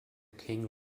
king